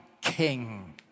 King